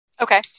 Okay